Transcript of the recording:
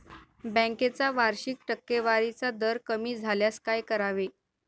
बँकेचा वार्षिक टक्केवारीचा दर कमी झाल्यास काय करावे?